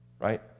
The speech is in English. right